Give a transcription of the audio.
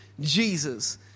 Jesus